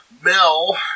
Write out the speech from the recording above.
Mel